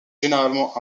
généralement